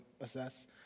assess